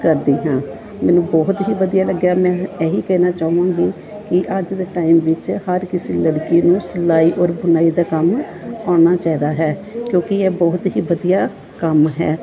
ਕਰਦੀ ਹਾਂ ਮੈਨੂੰ ਬਹੁਤ ਹੀ ਵਧੀਆ ਲੱਗਿਆ ਮੈਂ ਇਹੀ ਕਹਿਣਾ ਚਾਹੂੰਗੀ ਕਿ ਅੱਜ ਦੇ ਟਾਈਮ ਵਿੱਚ ਹਰ ਕਿਸੇ ਲੜਕੀ ਨੂੰ ਸਿਲਾਈ ਔਰ ਬੁਣਾਈ ਦਾ ਕੰਮ ਆਉਣਾ ਚਾਹੀਦਾ ਹੈ ਕਿਉਂਕਿ ਇਹ ਬਹੁਤ ਹੀ ਵਧੀਆ ਕੰਮ ਹੈ